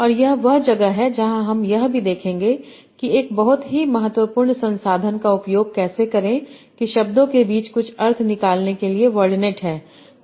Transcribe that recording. और यह वह जगह है जहां हम यह भी देखेंगे कि एक बहुत ही महत्वपूर्ण संसाधन का उपयोग कैसे करें कि शब्दों के बीच कुछ अर्थ निकालने के लिए वर्डनेट है